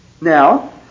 Now